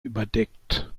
überdeckt